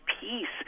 peace